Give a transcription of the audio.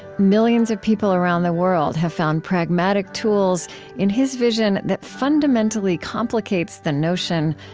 millions of people around the world have found pragmatic tools in his vision that fundamentally complicates the notion,